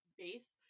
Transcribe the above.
base